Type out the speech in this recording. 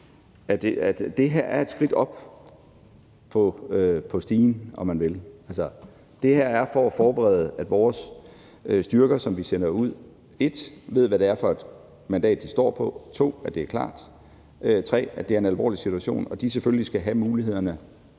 at det her er et skridt op på stigen, om man vil, altså, det her er for at forberede, at vores styrker, som vi sender ud, ved 1) hvad det er for et mandat, de står på, 2) at det er klart, 3) at det er en alvorlig situation, og at de selvfølgelig skal have mulighederne